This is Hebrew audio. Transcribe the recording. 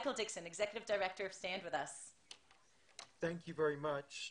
שלום, תודה רבה לך,